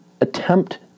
attempt